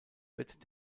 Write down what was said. wird